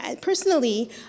personally